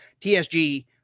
TSG